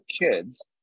kids